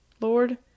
Lord